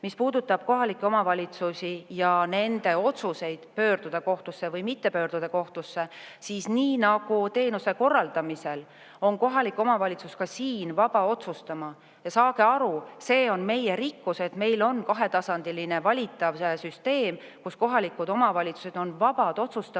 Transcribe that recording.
puudutab kohalikke omavalitsusi ja nende otsuseid pöörduda kohtusse või mitte pöörduda kohtusse, siis nii nagu teenuse korraldamisel, on kohalik omavalitsus ka selle üle vaba otsustama. Ja saage aru, see on meie rikkus, et meil on kahetasandiline valitsussüsteem, kus kohalikud omavalitsused on vabad otsustama,